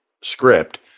script